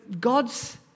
God's